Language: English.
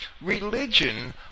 religion